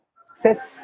set